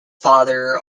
father